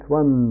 one